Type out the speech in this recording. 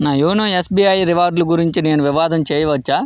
నా YONO SBI రివార్డుల గురించి నేను వివాదం చేయవచ్చా